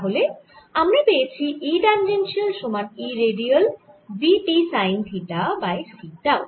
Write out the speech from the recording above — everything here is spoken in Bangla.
তাহলে আমরা পেয়েছি E ট্যাঞ্জেনশিয়াল সমান E radial v t sine theta by c tau